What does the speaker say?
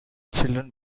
children